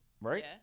right